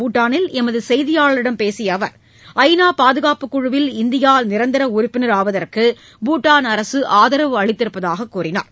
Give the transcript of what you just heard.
பூட்டானில் எமது செய்தியாளரிடம் பேசிய அவர் ஐ நா பாதுகாப்புக்குழுவில் இந்தியா நிரந்தர உறுப்பினராவதற்கு பூட்டாள் அரசு ஆதரவு அளித்திருப்பதாக கூறினார்